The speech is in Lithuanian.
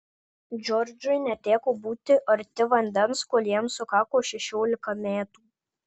džordžui neteko būti arti vandens kol jam sukako šešiolika metų